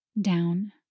down